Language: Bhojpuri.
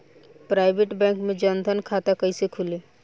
प्राइवेट बैंक मे जन धन खाता कैसे खुली?